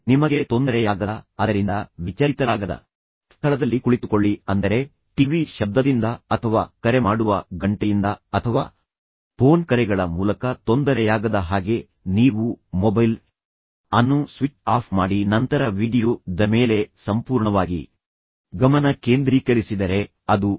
ನಿಮಗೆ ತೊಂದರೆಯಾಗದ ಅದರಿಂದ ವಿಚಲಿತರಾಗದ ಸ್ಥಳದಲ್ಲಿ ಕುಳಿತುಕೊಳ್ಳಿ ಅಂದರೆ ಟಿವಿ ಶಬ್ದದಿಂದ ಅಥವಾ ಕರೆ ಮಾಡುವ ಗಂಟೆಯಿಂದ ಅಥವಾ ಫೋನ್ ಕರೆಗಳ ಮೂಲಕ ತೊಂದರೆಯಾಗದ ಹಾಗೆ ನೀವು ಮೊಬೈಲ್ ಅನ್ನು ಸ್ವಿಚ್ ಆಫ್ ಮಾಡಿ ನಂತರ ವೀಡಿಯೊ ದ ಮೇಲೆ ಸಂಪೂರ್ಣವಾಗಿ ಗಮನ ಕೇಂದ್ರೀಕರಿಸಿದರೆ ಅದು ಸಹಾಯ ಮಾಡುತ್ತದೆ ಎಂದು ನಾನು ಸೂಚಿಸುತ್ತೇನೆ